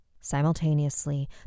Simultaneously